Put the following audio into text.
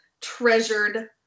treasured